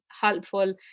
helpful